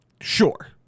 Sure